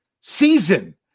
season